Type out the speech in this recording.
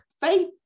faith